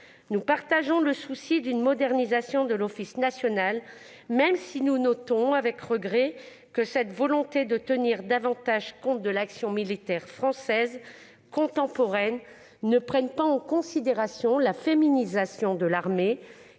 Nous partageons le souci d'une modernisation de l'Office national, même si nous notons avec regret que cette volonté de tenir davantage compte de l'action militaire française contemporaine ne prenne pas en considération la féminisation de l'armée.